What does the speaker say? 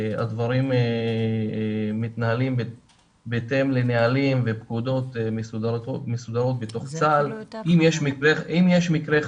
הדברים מתנהלים בהתאם לנהלים ופקודות מסודרות בתוך צבא ההגנה לישראל.